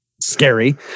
scary